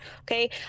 Okay